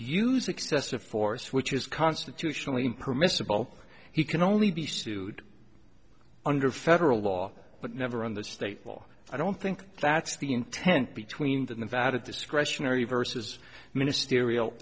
use excessive force which is constitutionally permissible he can only be sued under federal law but never on the state law i don't think that's the intent between the nevada discretionary versus ministerial